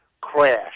crash